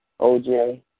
OJ